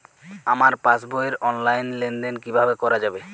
আমার পাসবই র অনলাইন লেনদেন কিভাবে করা যাবে?